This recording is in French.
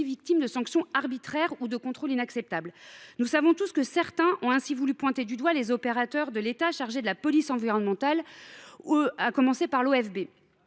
victime de sanctions arbitraires ou de contrôles inadmissibles. Certains ont ainsi voulu pointer du doigt les opérateurs de l’État chargés de la police environnementale, à commencer par l’Office